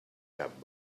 cap